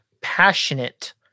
passionate